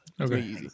Okay